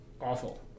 awful